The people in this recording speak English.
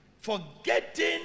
forgetting